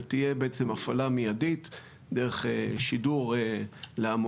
ותהיה בעצם הפעלה מיידית דרך שידור להמונים,